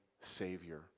savior